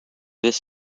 this